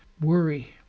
worry